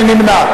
מי נמנע?